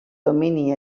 domini